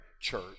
church